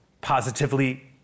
positively